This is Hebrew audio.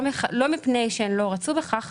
לא מפני שהם לא רצו בכך